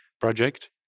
project